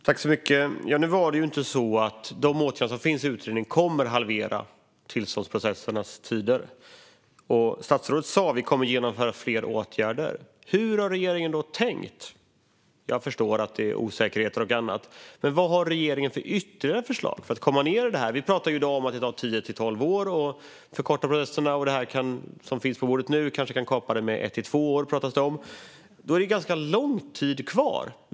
Fru talman! Nu var det ju inte så att de åtgärder som finns i utredningen kommer att halvera tiden för tillståndsprocesserna. Statsrådet sa: Vi kommer att genomföra fler åtgärder. Hur har regeringen då tänkt? Jag förstår att det är osäkerheter och annat, men vad har regeringen för ytterligare förslag för att få ned tiderna? Vi pratar i dag om att det tar tio till tolv år, och det som finns på bordet nu kanske kan kapa det med ett till två år. Då är det ganska lång tid kvar.